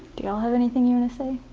do ya'll have anything you and so